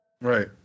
right